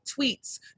tweets